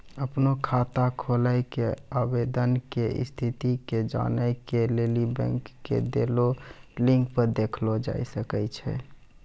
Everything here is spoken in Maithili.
अपनो खाता खोलै के आवेदन के स्थिति के जानै के लेली बैंको के देलो लिंक पे देखलो जाय सकै छै